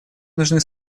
нужны